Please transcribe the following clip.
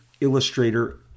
illustrator